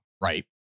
right